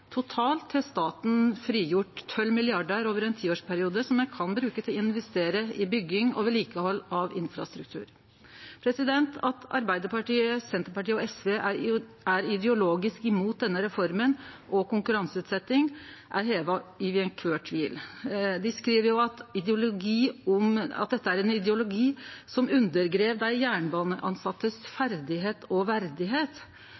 Totalt har staten frigjort 12 mrd. kr over ein tiårsperiode som me kan bruke til å investere i bygging og vedlikehald av infrastruktur. At Arbeidarpartiet, Senterpartiet og SV er ideologisk imot denne reforma og konkurranseutsetjing, er heva over all tvil. Dei skriv jo at dette er ein ideologi som «undergraver de jernbaneansattes